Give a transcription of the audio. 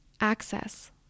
access